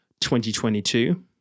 2022